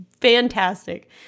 fantastic